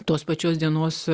tos pačios dienos